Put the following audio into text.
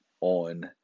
on